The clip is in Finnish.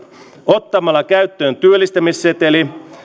ottamalla käyttöön työllistämisseteli